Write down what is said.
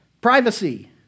Privacy